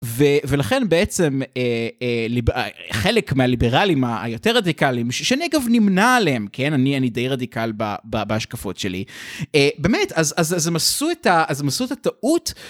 ולכן בעצם חלק מהליברלים היותר רדיקליים, שאני אגב נמנה עליהם, כן? אני די רדיקל בהשקפות שלי. באמת, אז הם עשו את הטעות.